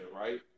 right